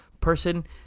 person